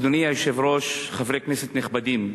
אדוני היושב-ראש, חברי כנסת נכבדים,